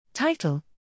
Title